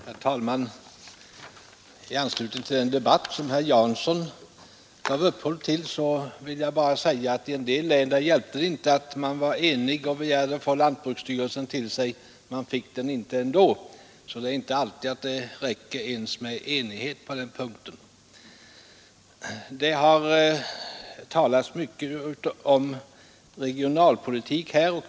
Herr talman! I anslutning till den debatt som herr Jansson gav upphov till vill jag bara säga att det i en del län inte hjälper om man var enig om att få lantbruksstyrelsen till sig — man fick den inte ändå. Så det är inte alltid säkert att det räcker ens med enighet på den punkten. Det har talats mycket om regionalpolitik här.